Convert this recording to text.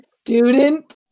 student